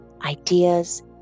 ideas